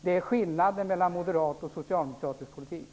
Det är skillnaden mellan moderat och socialdemokratisk politik.